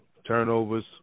turnovers